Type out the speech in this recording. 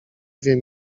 wiem